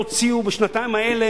לא הוציאו בשנתיים האלה,